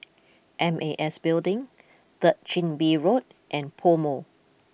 M A S Building Third Chin Bee Road and PoMo